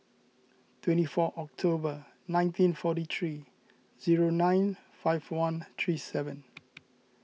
twenty four October nineteen forty three zero nine five one three seven